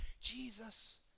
Jesus